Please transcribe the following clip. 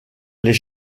les